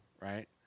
right